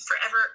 forever